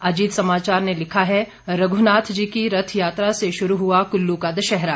अजीत समाचार ने लिखा है रघुनाथ जी की रथ यात्रा से शुरू हुआ कुल्लू का दशहरा